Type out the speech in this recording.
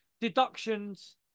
deductions